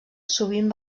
sovint